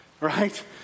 right